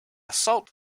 salt